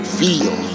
feel